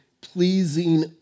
pleasing